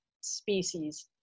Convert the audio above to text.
species